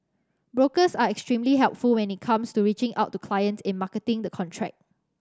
brokers are extremely helpful when it comes to reaching out to clients in marketing the contract